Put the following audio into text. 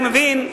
אני רק מבין,